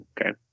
Okay